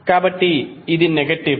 కాబట్టి ఇది నెగటివ్